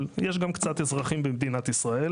יש גם קצת אזרחים במדינת ישראל,